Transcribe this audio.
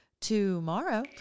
tomorrow